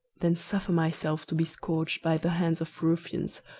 than suffer myself to be scourged by the hands of ruffians,